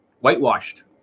whitewashed